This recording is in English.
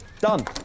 Done